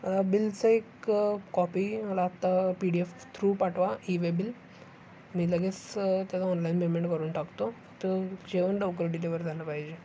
बिलचं एक कॉपी मला आत्ता पी डी एफ थ्रू पाठवा इवे बिल मी लगेच त्याचा ऑनलाईन पेमेंट करून टाकतो तर जेवण लवकर डिलिव्हर झालं पाहिजे